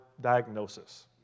diagnosis